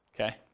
okay